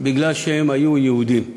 בגלל שהם היו יהודים.